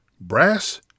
Brass